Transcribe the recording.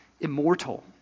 immortal